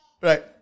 right